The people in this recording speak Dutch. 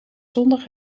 zondag